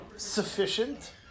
Sufficient